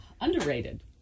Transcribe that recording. Underrated